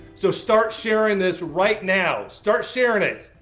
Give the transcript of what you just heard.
so, start sharing this right now! start sharing it!